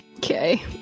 okay